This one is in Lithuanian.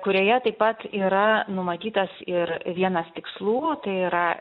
kurioje taip pat yra numatytas ir vienas tikslų tai yra